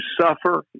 suffer